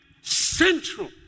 central